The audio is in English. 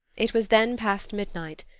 it was then past midnight.